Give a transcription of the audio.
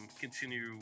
continue